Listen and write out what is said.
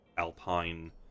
alpine